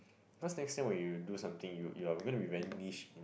cause next time when you do something you you are going to be very niche in